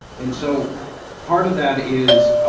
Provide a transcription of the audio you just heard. and so part of that is,